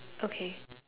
okay